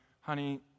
Honey